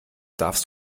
darfst